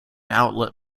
outlet